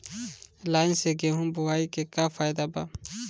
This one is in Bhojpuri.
लाईन से गेहूं बोआई के का फायदा बा?